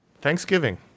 Thanksgiving